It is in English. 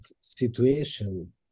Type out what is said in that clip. situation